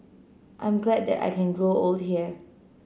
I'm glad that I can grow old here